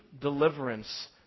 deliverance